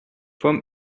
from